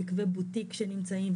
יקבי בוטיק שנמצאים.